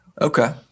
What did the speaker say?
okay